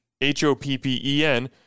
H-O-P-P-E-N